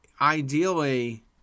Ideally